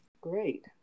Great